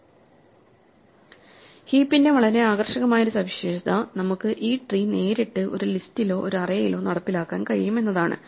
ഹീപ്പിന്റെ വളരെ ആകർഷകമായ ഒരു സവിശേഷത നമുക്ക് ഈ ട്രീ നേരിട്ട് ഒരു ലിസ്റ്റിലോ ഒരു അറേയിലോ നടപ്പിലാക്കാൻ കഴിയും എന്നതാണ്